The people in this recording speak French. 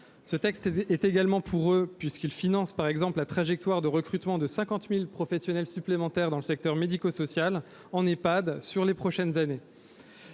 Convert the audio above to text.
Ce texte est également pour eux, puisqu'il finance par exemple la trajectoire de recrutement de 50 000 professionnels supplémentaires dans le secteur médico-social, en Ehpad, au cours des prochaines années.